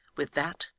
with that,